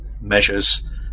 measures